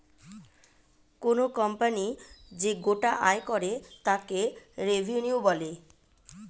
কোনো কোম্পানি যে গোটা আয় করে তাকে রেভিনিউ বলে